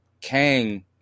Kang